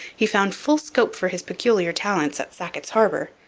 he found full scope for his peculiar talents at sackett's harbour.